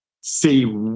see